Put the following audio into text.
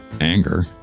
anger